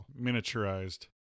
Miniaturized